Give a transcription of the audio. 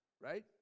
Right